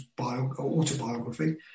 autobiography